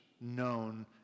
known